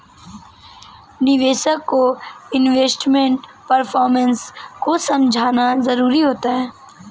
निवेशक को investment performance को समझना जरुरी होता है